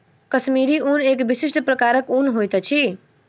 कश्मीरी ऊन एक विशिष्ट प्रकारक ऊन होइत अछि